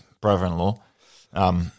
brother-in-law